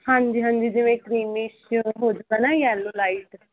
ਹਾਂਜੀ ਹਾਂਜੀ ਜਿਵੇਂ ਕਰੀਮਸ਼ ਹੋ ਜੂਗਾ ਨਾ ਯੈਲੋ ਲਾਈਟ